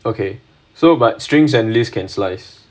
okay so but strings and list can slice